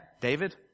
David